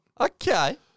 Okay